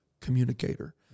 communicator